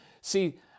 See